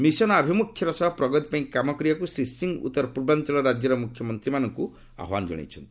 mission ଅଭିମୁଖ୍ୟର ସହ ପ୍ରଗତି ପାଇଁ କାମ କରିବାକୁ ଶ୍ରୀ ସିଂହ ଉତ୍ତର ପୂର୍ବାଞ୍ଚଳର ରାଜ୍ୟର ମୁଖ୍ୟମନ୍ତ୍ରୀମାନଙ୍କୁ ଆହ୍ୱାନ ଜଣାଇଛନ୍ତି